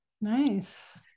nice